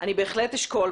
אני בהחלט אשקול,